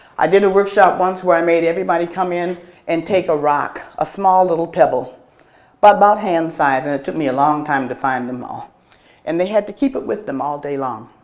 i did a workshop once where i made everybody come in and take a rock, a small little pebble but about hand size. it took me a long time to find them all and they had to keep it with them all day long,